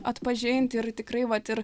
atpažinti ir tikrai vat ir